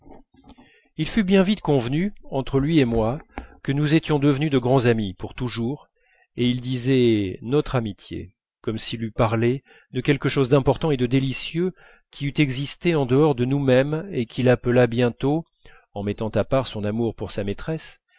il fut bien vite convenu entre lui et moi que nous étions devenus de grands amis pour toujours et il disait notre amitié comme s'il eût parlé de quelque chose d'important et de délicieux qui eût existé en dehors de nous-mêmes et qu'il appela bientôt en mettant à part son amour pour sa maîtresse